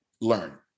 learn